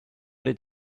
did